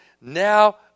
now